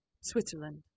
Switzerland